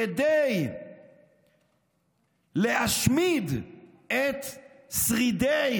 כדי להשמיד את שרידי